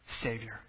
Savior